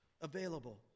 available